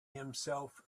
himself